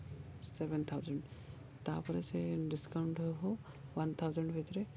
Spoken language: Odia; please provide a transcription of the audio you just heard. ସେଭେନ୍ ଥାଉଜେଣ୍ଡ୍ ତା'ପରେ ସେ ଡିସକାଉଣ୍ଟ୍ ହଉ ୱାନ୍ ଥାଉଜେଣ୍ଡ୍ ଭିତରେ